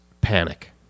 panic